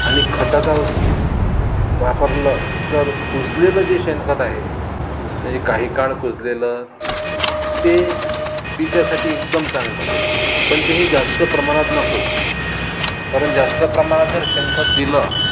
आणि खताचा वापरलं तर कुजलेलं जे शेणखत आहे म्हणजे काही काळ कुजलेलं ते पिकासाठी एकदम चांगलं पण ते हे जास्त प्रमाणात नको कारण जास्त प्रमाणात जर शेणखत दिलं